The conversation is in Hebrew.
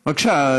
בבקשה,